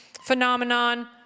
phenomenon